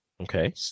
Okay